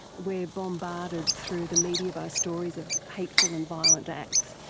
we are bombarded through the media by stories of hateful and violent acts.